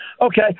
Okay